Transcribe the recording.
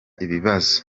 ibibazo